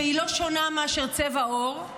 שהיא לא שונה מאשר צבע עור,